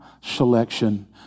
selection